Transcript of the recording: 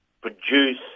produce